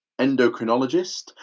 endocrinologist